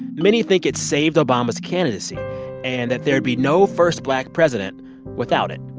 many think it saved obama's candidacy and that there'd be no first black president without it.